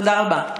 תודה רבה.